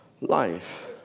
life